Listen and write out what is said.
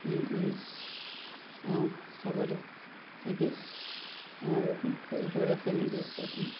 অঁ হ'ব দে নে কি অঁ ৰচোন তোৰ ওচৰত আছে নেকি কচোন